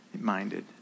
minded